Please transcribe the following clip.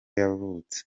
yavutse